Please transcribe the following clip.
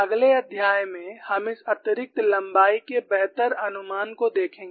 अगले अध्याय में हम इस अतिरिक्त लंबाई के बेहतर अनुमान को देखेंगे